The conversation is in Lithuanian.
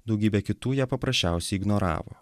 daugybę kitų ją paprasčiausiai ignoravo